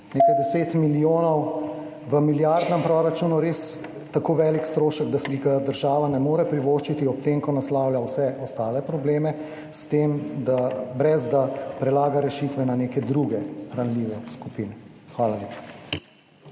nekaj 10 milijonov v milijardnem proračunu res tako velik strošek, da si ga država ne more privoščiti ob tem, ko naslavlja vse ostale probleme, ne da prelaga rešitve na neke druge ranljive skupine? Hvala